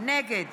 נגד